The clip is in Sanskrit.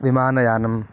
विमानयानं